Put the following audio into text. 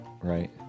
Right